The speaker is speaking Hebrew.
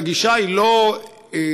הגישה היא לא כללית,